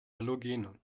halogene